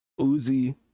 Uzi